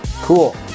Cool